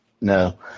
No